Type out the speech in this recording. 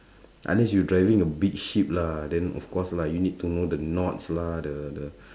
unless you driving a big ship lah then of course lah you need to know the knots lah the the